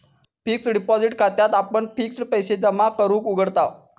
fixed deposit खात्याक आपण fixed पैशे जमा करूक उघडताव